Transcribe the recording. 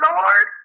Lord